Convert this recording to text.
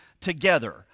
together